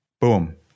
Boom